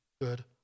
good